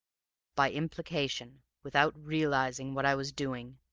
by implication, without realizing what i was doing,